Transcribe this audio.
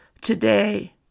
today